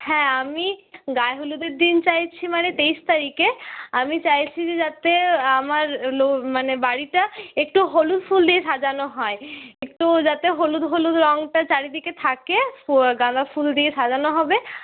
হ্যাঁ আমি গায়ে হলুদের দিন চাইছি মানে তেইশ তারিখে আমি চাইছি যে যাতে আমার মানে বাড়িটা একটু হলুদ ফুল দিয়ে সাজানো হয় একটু যাতে হলুদ হলুদ রঙটা চারিদিকে থাকে গাঁদা ফুল দিয়ে সাজানো হবে